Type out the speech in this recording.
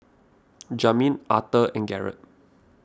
Jamin Authur and Garett